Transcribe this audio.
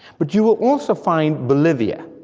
but you will also find bolivia,